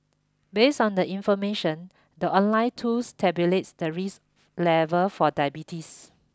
based on the information the online tools tabulates the risk level for diabetes